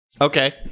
Okay